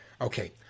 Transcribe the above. Okay